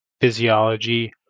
physiology